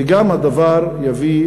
וגם הדבר יביא